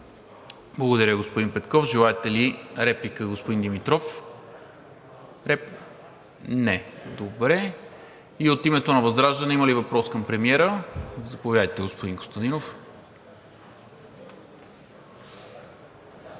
Благодаря, господин Петков. Желаете ли реплика, господин Димитров? Не. От името на ВЪЗРАЖДАНЕ има ли въпрос към премиера? Заповядайте, господин Костадинов.